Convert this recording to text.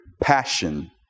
passion